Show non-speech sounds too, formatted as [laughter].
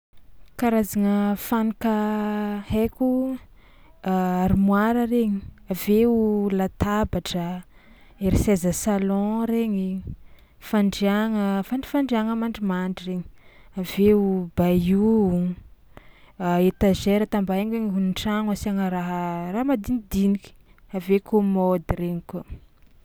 Karazagna fanaka haiko: [hesitation] armoara regny, avy eo latabatra, ery seza salon regny, fandriagna fandridandriagna mandrimandry regny avy eo bahut, [hesitation] étagère ta mba aigny hoe an-tragno asiagna raha raha madinidinika avy eo kômôdy regny koa.